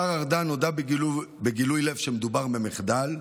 השר ארדן הודה בגילוי לב שמדובר במחדל,